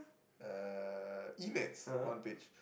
uh e-maths one page